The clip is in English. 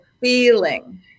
feeling